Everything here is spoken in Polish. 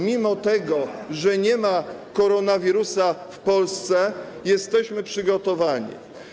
Mimo że nie ma koronawirusa w Polsce, jesteśmy przygotowani.